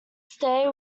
stay